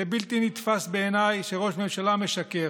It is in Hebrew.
זה בלתי נתפס בעיניי שראש ממשלה משקר.